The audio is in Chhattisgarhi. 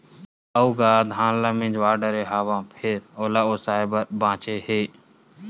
अउ गा धान ल मिजवा डारे हव फेर ओला ओसाय बर बाचे हे